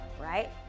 right